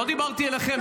--- לא דיברתי עליכם,